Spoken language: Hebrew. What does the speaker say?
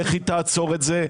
איך היא תעצור את זה?